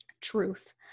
truth